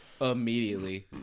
immediately